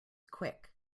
quick